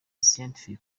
scientific